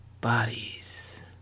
bodies